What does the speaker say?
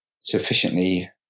sufficiently